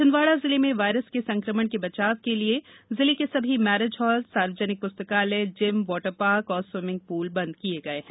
छिन्दवाड़ा जिले में वायरस के संकमण के बचाव के लिए जिले के सभी मैरिज हाल सार्वजनिक पुस्तकालय जिम वॉटर पार्क और स्विभिंग पूल बंद करवा दिये गये हैं